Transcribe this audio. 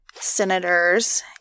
senators